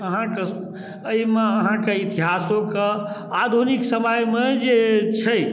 अहाँके एहि मे अहाँके इतिहासो के आधुनिक समयमे जे छै